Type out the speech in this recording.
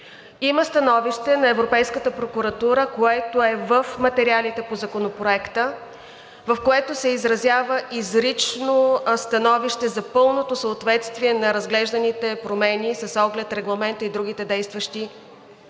Има становище на Европейската прокуратура, което е в материалите по Законопроекта, в което се изразява изрично становище за пълното съответствие на разглежданите промени с оглед Регламента и другите действащи нормативни